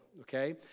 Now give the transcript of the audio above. okay